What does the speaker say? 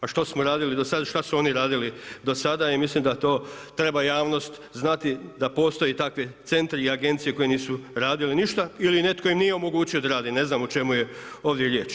A što smo radili do sada, šta su oni radili do sada i mislim da to treba javnost znati da postoje takvi centri i agencije koje nisu radile ništa ili netko im nije omogućio da rade, ne znam o čemu je ovdje riječ.